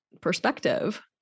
perspective